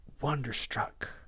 wonderstruck